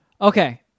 Okay